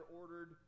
ordered